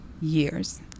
years